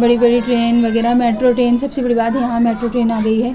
بڑی بڑی ٹرین وغیرہ میٹرو ٹرین سب سے بڑی بات یہاں میٹرو ٹرین آ گئی ہے